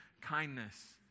kindness